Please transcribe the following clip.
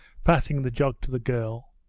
passing the jug to the girl.